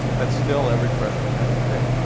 that still every freshman has to take.